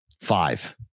Five